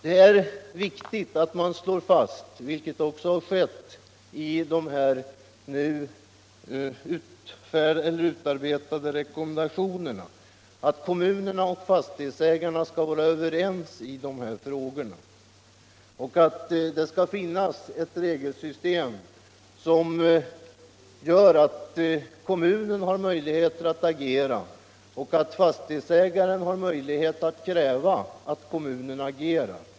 Det är viktigt att man slår fast — något som också skett i de rekommendationer som utarbetats — att kommunerna och fastighetsägarna skall vara Överens i dessa frågor och att det skall finnas ett regelsystem som gör det möjligt för kommunen att agera och för fastighetsägarna att kräva att kommunen agerar.